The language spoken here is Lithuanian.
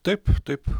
taip taip